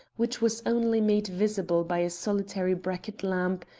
which was only made visible by a solitary bracket lamp,